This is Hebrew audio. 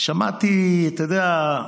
שמעתי אתה יודע,